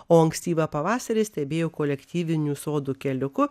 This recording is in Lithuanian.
o ankstyvą pavasarį stebėjau kolektyvinių sodų keliuku